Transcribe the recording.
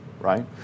Right